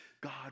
God